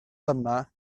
yma